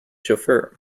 chauffeur